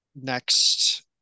next